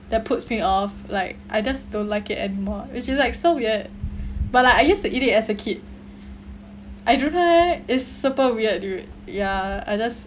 that puts me off like I just don't like it anymore it's just like so weird but I used to eat it as a kid I don't know eh is super weird dude ya I just